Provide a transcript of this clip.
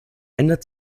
ändert